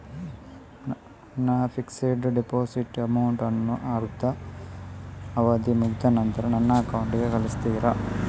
ನನ್ನ fixed deposit amount ಅನ್ನು ಅದ್ರ ಅವಧಿ ಮುಗ್ದ ನಂತ್ರ ನನ್ನ ಅಕೌಂಟ್ ಗೆ ಕಳಿಸ್ತೀರಾ?